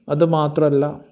അതു മാത്രല്ല